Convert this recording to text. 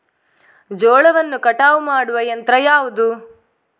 ಜೋಳವನ್ನು ಕಟಾವು ಮಾಡುವ ಯಂತ್ರ ಯಾವುದು?